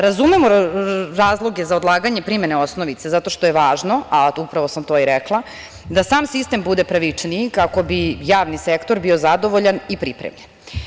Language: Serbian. Razumemo razloge za odlaganje primene osnovice zato što je važno, a upravo sam to i rekla, da sam sistem bude pravičniji kako bi javni sektor bio zadovoljan i pripremljen.